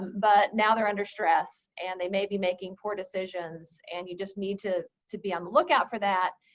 but now they're under stress, and they may be making poor decisions. and you just need to to be on the lookout for that,